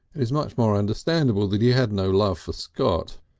is much more understandable that he had no love for scott.